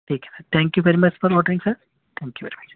ٹھیک ہے sir thank you very much for ordering sir thank you very much